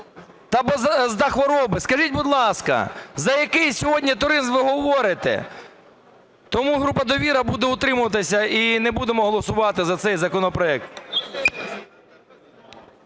та хвороби. Скажіть, будь ласка, за який сьогодні туризм ви говорите? Тому група "Довіра"буде утримуватися і не будемо голосувати за цей законопроект.